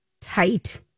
tight